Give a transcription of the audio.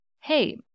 hey